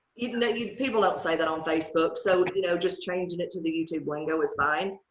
even though you people upside that on facebook so you know just changing it to the youtube way know is fine.